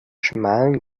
schmalen